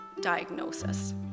diagnosis